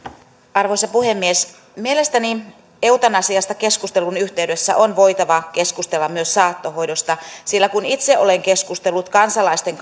arvoisa puhemies mielestäni eutanasiasta keskustelun yhteydessä on voitava keskustella myös saattohoidosta sillä kun itse olen keskustellut kansalaisten